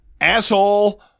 Asshole